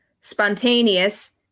Spontaneous